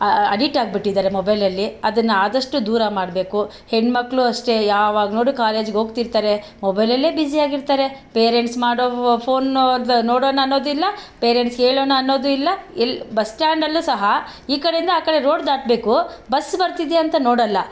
ಅ ಅ ಅಡಿಟ್ಟಾಗಿ ಬಿಟ್ಟಿದ್ದಾರೆ ಮೊಬೈಲಲ್ಲಿ ಅದನ್ನು ಆದಷ್ಟು ದೂರ ಮಾಡಬೇಕು ಹೆಣ್ಮಕ್ಳು ಅಷ್ಟೇ ಯಾವಾಗ ನೋಡು ಕಾಲೇಜ್ಗೋಗ್ತಿರ್ತಾರೆ ಮೊಬೈಲಲ್ಲೇ ಬಿಸಿಯಾಗಿರ್ತಾರೆ ಪೇರೆಂಟ್ಸ್ ಮಾಡೋ ಫೋನ್ ನೋಡೋಣ ಅನ್ನೋದಿಲ್ಲ ಪೇರೆಂಟ್ಸ್ಗೆ ಹೇಳೋಣ ಅನ್ನೋದು ಇಲ್ಲ ಇಲ್ಲಿ ಬಸ್ ಸ್ಟ್ಯಾಂಡಲ್ಲು ಸಹ ಈ ಕಡೆಯಿಂದ ಆ ಕಡೆ ರೋಡು ದಾಟಬೇಕು ಬಸ್ ಬರ್ತಿದೆ ಅಂತ ನೋಡೋಲ್ಲ